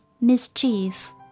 mischief